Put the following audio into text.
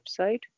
website